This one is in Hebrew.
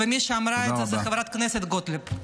ומי שאמרה את זה היא חברת הכנסת גוטליב.